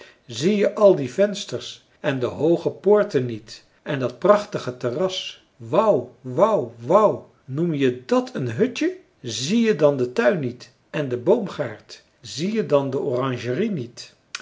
zie je al die vensters en de hooge poorten niet en dat prachtige terras wou wou wou noem je dàt een hutje zie je dan den tuin niet en den boomgaard zie je dan de oranjerie niet